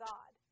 God